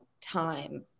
time